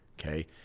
okay